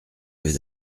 avez